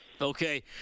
okay